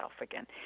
again